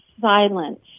silence